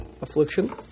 affliction